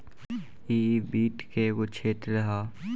इ वित्त के एगो क्षेत्र ह